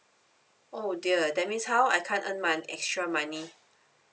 oh dear that means how I can't earn my extra money